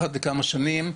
אחת לכמה שנים,